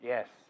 Yes